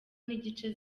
n’igice